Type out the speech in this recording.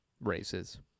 Races